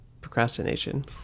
procrastination